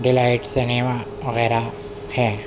delight cinema وغیرہ ہے